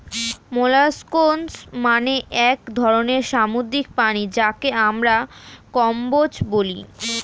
molluscs মানে এক ধরনের সামুদ্রিক প্রাণী যাকে আমরা কম্বোজ বলি